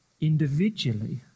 individually